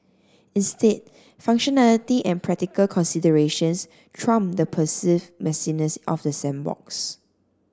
instead functionality and practical considerations trump the perceived messiness of the sandbox